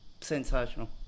sensational